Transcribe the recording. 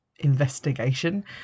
Investigation